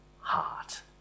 heart